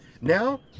Now